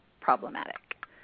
problematic